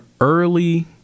early